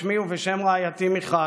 בשמי ובשם רעייתי מיכל,